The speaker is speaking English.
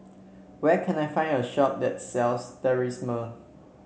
where can I find a shop that sells